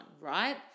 right